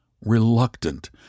reluctant